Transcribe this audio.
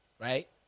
right